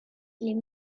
les